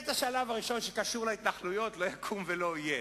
השלב הראשון, שקשור להתנחלויות, לא יקום ולא יהיה.